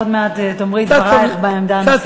עוד מעט תאמרי את דברייך בעמדה הנוספת.